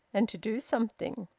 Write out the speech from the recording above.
and to do something.